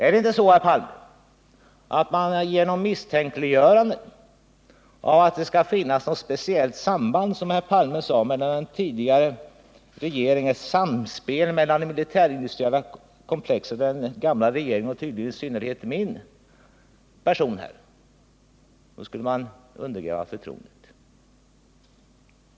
Herr Palme påstår att det skulle ha rått ett speciellt samspel mellan det militärindustriella komplexet och den tidigare regeringen — tydligen i synnerhet min person — som skulle undergräva förtroendet.